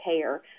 care